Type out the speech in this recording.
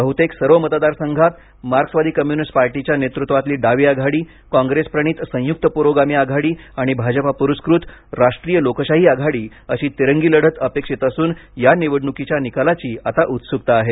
बहुतेक सर्व मतदार संघांत मार्क्सवादी कम्युनिस्ट पार्टीच्या नेतृत्वातली डावी आघाडी काँप्रेसप्रणीत संयुक्त पुरोगामी आघाडी आणि भाजपा पुरस्कृत राष्ट्रीय लोकशाही आघाडी अशी तिरंगी लढत अपेक्षित असून या निवडणुकीच्या निकालाची आता उत्सुकता आहे